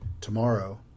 tomorrow